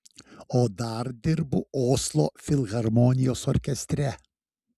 o dar dirbu oslo filharmonijos orkestre